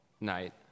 night